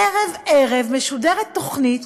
ערב-ערב משודרת תוכנית,